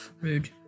Rude